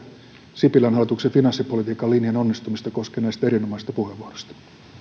sipilän hallituksen finanssipolitiikan linjan onnistumista koskeneista erinomaisista puheenvuoroista